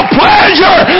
pleasure